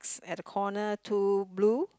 at the corner two blue